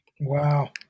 Wow